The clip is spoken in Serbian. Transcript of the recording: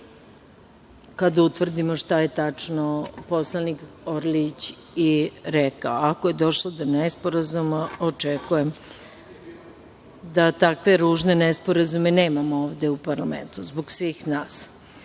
kada utvrdimo šta je tačno poslanik Orlić i rekao. Ako je došlo do nesporazuma očekujem da takve ružne nesporazume nemamo ovde u parlamentu, zbog svih